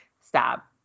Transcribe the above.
Stop